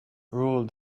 ruled